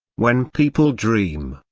when people dream,